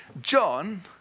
John